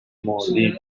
مردیم